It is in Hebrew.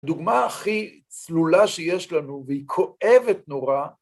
דוגמה הכי צלולה שיש לנו, והיא כואבת נורא,